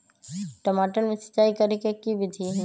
टमाटर में सिचाई करे के की विधि हई?